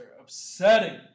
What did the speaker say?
upsetting